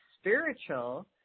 spiritual